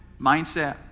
mindset